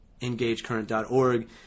EngageCurrent.org